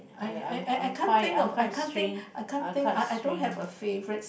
I I I can't think of I can't think I can't think I don't have a favourite